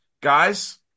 guys